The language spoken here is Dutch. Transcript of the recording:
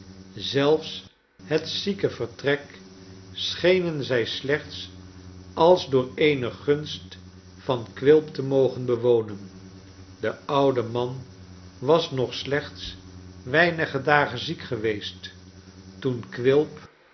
zelfs het ziekevertrek schenen zij slechts als door eene gunst van quilp te mogen bewonen de oude man was nog slechts weinige dagen ziek geweest toen